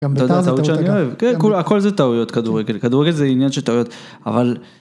הכל זה טעויות כדורגל כדורגל זה עניין של טעויות אבל...